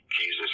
Jesus